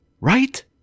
Right